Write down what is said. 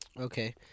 Okay